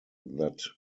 that